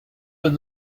been